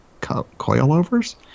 coilovers